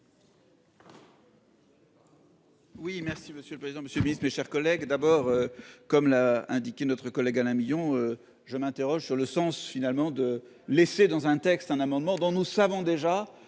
Oui, merci Monsieur. Le président Monsieur Miss mes chers collègues d'abord comme l'a indiqué, notre collègue Alain Millon. Je m'interroge sur le sens finalement de laisser dans un texte, un amendement dont nous savons déjà